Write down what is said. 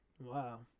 Wow